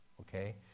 Okay